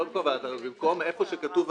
לא במקום ועדת עררים, אלא ב-233,